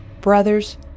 brothers